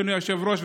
אדוני היושב-ראש,